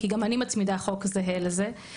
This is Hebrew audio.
כי גם אני מצמידה חוק זהה לזה.